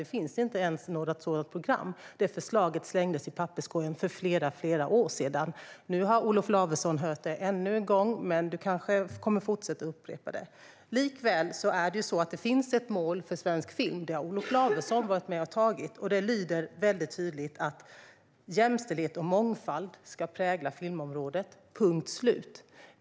Det finns inte ens något sådant program; det förslaget slängdes i papperskorgen för flera år sedan. Nu har Olof Lavesson hört det ännu en gång, men han kanske kommer att fortsätta upprepa det. Likväl är det så att det finns ett mål för svensk film, och det har Olof Lavesson varit med och antagit. Målet är väldigt tydligt: Jämställdhet och mångfald ska prägla filmområdet - punkt slut.